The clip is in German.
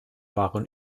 waren